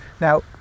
now